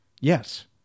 Yes